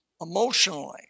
emotionally